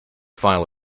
file